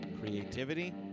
creativity